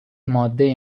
ماده